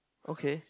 okay